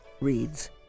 reads